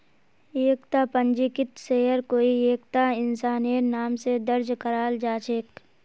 एकता पंजीकृत शेयर कोई एकता इंसानेर नाम स दर्ज कराल जा छेक